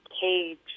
cage